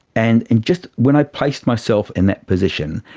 and and just when i placed myself in that position,